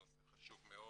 הנושא חשוב מאוד,